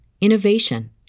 innovation